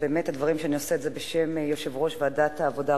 באמת הדברים שאני נושאת הם בשם יושב-ראש ועדת העבודה,